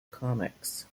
comics